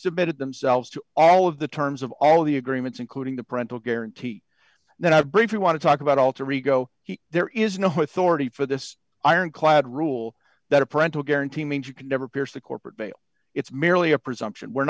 submitted themselves to all of the terms of all the agreements including the parental guarantee that i've briefly want to talk about alter ego he there is no authority for this ironclad rule that a parental guarantee means you can never pierce the corporate veil it's merely a presumption we're